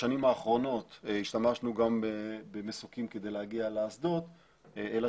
בשנים האחרונות השתמשנו גם במוסקים כדי להגיע לאסדות אלא